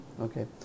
okay